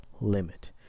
limit